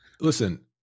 listen